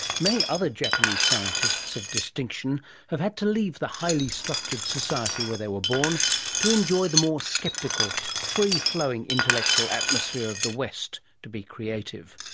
many other japanese scientists of distinction have had to leave the highly structured society where they were born to enjoy the more sceptical, free-flowing intellectually atmosphere of the west to be creative.